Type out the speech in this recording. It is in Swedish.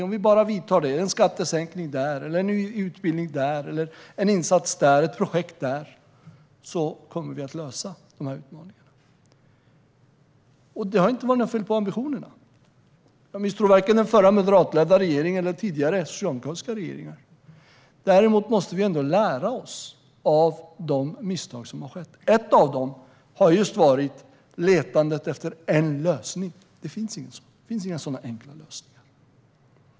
Om vi bara vidtar den åtgärden - en skattesänkning här, en utbildning, en insats eller ett projekt där - kommer vi att lösa utmaningarna. Det har inte varit något fel på ambitionerna. Jag misstror varken den förra moderatledda regeringen eller tidigare socialdemokratiska regeringar. Men vi måste lära oss av de misstag som gjorts. Ett av dem har varit just letandet efter en lösning. Det finns ingen sådan. Det finns inga enkla lösningar.